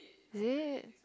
is it